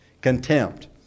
Contempt